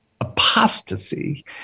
apostasy